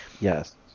yes